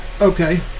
Okay